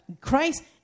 Christ